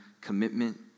commitment